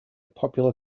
popular